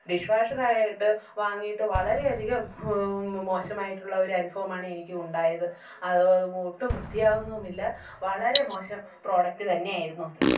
dish വാഷറായിട്ട് വാങ്ങിയിട്ട് വളരെ അധികം മോശമായിട്ടുള്ള ഒരു അനുഭവമാണ് എനിക്കുണ്ടായത് അത് ഒട്ടും വൃത്തിയാവുന്നുമില്ല വളരെ മോശം പ്രോഡക്ട് തന്നെയായിരുന്നു അത്